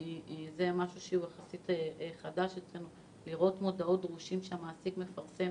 משהו שהוא יחסית חדש לראות מודעות דרושים שהמעסיק מפרסם